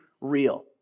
real